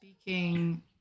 Speaking